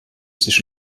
sich